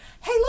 hey